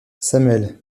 samuel